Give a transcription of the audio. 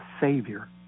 savior